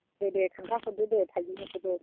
दे दे खिनथाहरदो दे थाइजौनिखौबो